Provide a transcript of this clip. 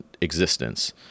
existence